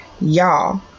Y'all